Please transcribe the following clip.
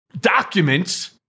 documents